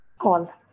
Call